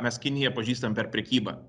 mes kiniją pažįstam per prekybą